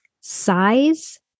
Size